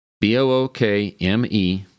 B-O-O-K-M-E